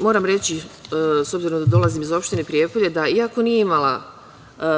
moram reći, s obzirom da dolazim iz opštine Prijepolje, da iako nije imala